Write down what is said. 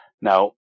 Now